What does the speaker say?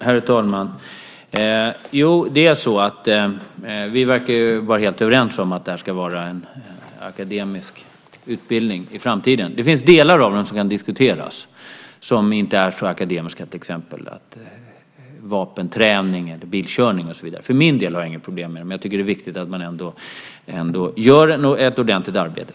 Herr talman! Vi verkar vara helt överens om att det här ska vara en akademisk utbildning i framtiden. Det finns delar som kan diskuteras, som inte är så akademiska - vapenträning, bilkörning och så vidare. För min del har jag inget problem med det, men jag tycker ändå att det är viktigt att man gör ett ordentligt arbete.